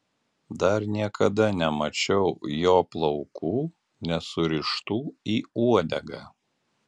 dar niekada nemačiau jo plaukų nesurištų į uodegą